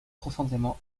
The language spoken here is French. profondément